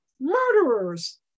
murderers